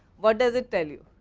what does it tell you?